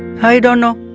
here? i don't know